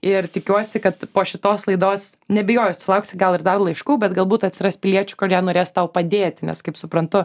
ir tikiuosi kad po šitos laidos neabejoju sulauksi gal ir dar laiškų bet galbūt atsiras piliečių kurie norės tau padėti nes kaip suprantu